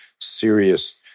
serious